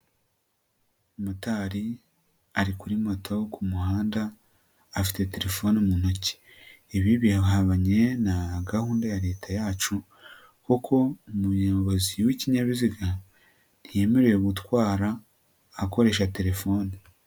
Motari ari kuri moto ku muhanda afite telefoni mu ntoki ibi bihabanye na gahunda ya leta yacu, kuko umuyobozi w'ikinyabiziga ntiyemerewe gutwara akoresha telefoni.